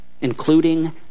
including